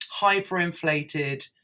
hyperinflated